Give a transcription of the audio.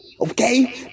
Okay